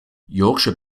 yorkshire